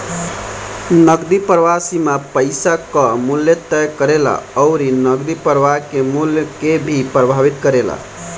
नगदी प्रवाह सीमा पईसा कअ मूल्य तय करेला अउरी नगदी प्रवाह के मूल्य के भी प्रभावित करेला